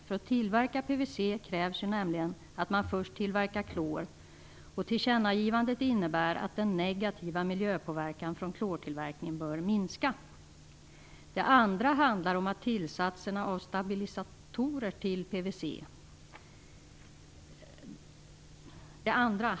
För att tillverka PVC krävs nämligen att man först tillverkar klor, och tillkännagivandet innebär att den negativa miljöpåverkan från klortillverkningen bör minska. Det andra handlar om tillsatserna av stabilisatorer till PVC.